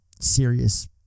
serious